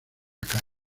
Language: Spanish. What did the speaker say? calle